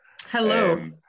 Hello